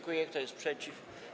Kto jest przeciw?